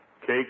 Cake